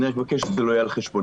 אני רק מבקש שזה לא יהיה על חשבוננו.